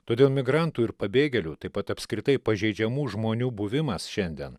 todėl migrantų ir pabėgėlių taip pat apskritai pažeidžiamų žmonių buvimas šiandien